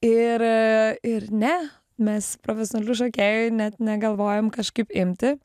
ir a ir ne mes profesionalių šokėjų net negalvojom kažkaip imti